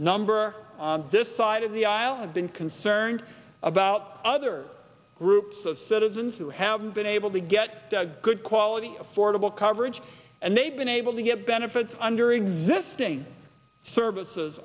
number on this side of the aisle have been concerned about other groups of citizens who haven't been able to get a good quality affordable coverage and they've been able to get benefits under existing services